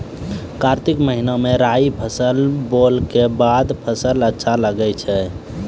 कार्तिक महीना मे राई फसल बोलऽ के बाद फसल अच्छा लगे छै